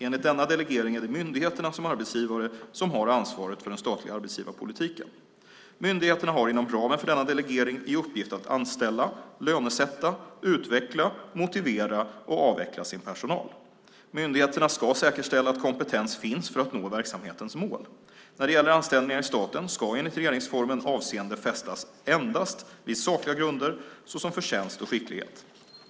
Enligt denna delegering är det myndigheterna som arbetsgivare som har ansvaret för den statliga arbetsgivarpolitiken. Myndigheterna har inom ramen för denna delegering i uppgift att anställa, lönesätta, utveckla, motivera och avveckla sin personal. Myndigheterna ska säkerställa att kompetens finns för att nå verksamhetens mål. När det gäller anställningar i staten ska enligt regeringsformen avseende fästas endast vid sakliga grunder, såsom förtjänst och skicklighet.